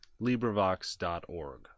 LibriVox.org